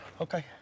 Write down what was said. Okay